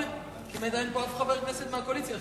כמעט אין אף חבר כנסת מהקואליציה.